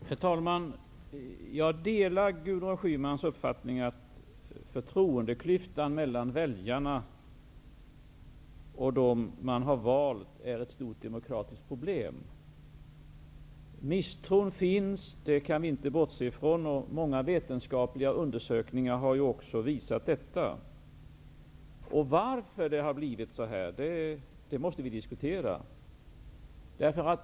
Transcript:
Herr talman! Jag delar Gudrun Schymans uppfattning att förtroendeklyftan mellan väljarna och de valda är ett stort demokratiskt problem. Misstron finns, det kan vi inte bortse från. Många vetenskapliga undersökningar har också visat detta. Varför det har blivit på detta sätt, måste vi diskutera.